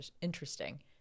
interesting